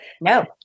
No